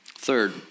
Third